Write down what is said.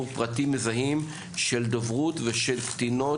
פרטים מזהים של דוברות ושל קטינות,